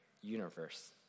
universe